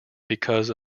because